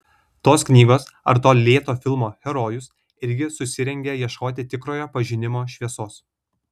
tos knygos ar to lėto filmo herojus irgi susirengia ieškoti tikrojo pažinimo šviesos